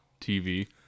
TV